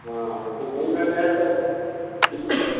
हाँ हाँ खूब घूमेंगे तब ठीक है